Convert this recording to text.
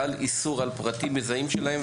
חל איסור על פרטים מזהים שלהם,